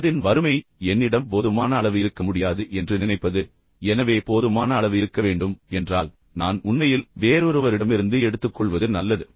மனதின் வறுமைஃ என்னிடம் போதுமான அளவு இருக்க முடியாது என்று நினைப்பது எனவே போதுமான அளவு இருக்க வேண்டும் என்றால் நான் உண்மையில் வேறொருவரிடமிருந்து எடுத்துக்கொள்வது நல்லது